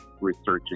researching